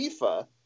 FIFA